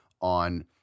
on